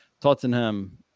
Tottenham